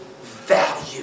value